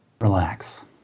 Relax